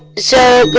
so